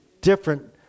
different